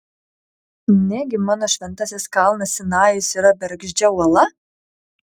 negi mano šventasis kalnas sinajus yra bergždžia uola